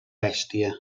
bèstia